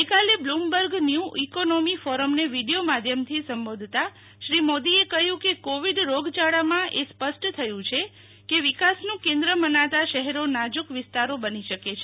ગઇકાલે Bloomberg new economy ફોરમને video માધ્યમથી સંબોધતા શ્રી મોદીએ કહ્યું કે કોવિડ રોગયાળામાં એ સ્પષ્ટ થયું છે કે વિકાસનું કેન્દ્ર મનાતા શહેરો નાજુક વિસ્તારો બની શકે છે